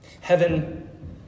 Heaven